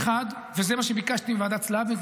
וזה מה שביקשתי מוועדת סלבין.